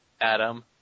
Adam